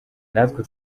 natwe